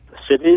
cities